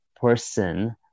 person